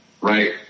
right